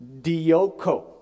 Dioko